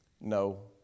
No